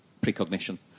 precognition